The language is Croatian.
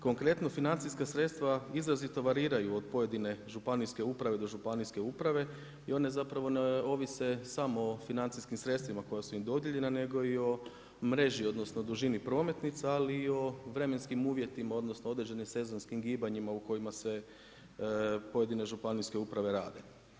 Konkretno financijska sredstva izrazito variraju od pojedine županijske uprave do županijske uprave i one zapravo ne ovise samo o financijskim sredstvima koja su im dodijeljena nego i o mreži, odnosno dužini prometnica, ali i o vremenskim uvjetima, odnosno određenim sezonskim gibanjima u kojima se pojedine županijske uprave rade.